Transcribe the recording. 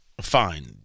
fine